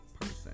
person